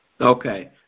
Okay